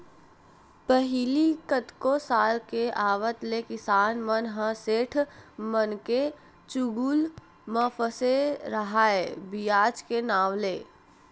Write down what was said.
पहिली कतको साल के आवत ले किसान मन ह सेठ मनके चुगुल म फसे राहय बियाज के नांव ले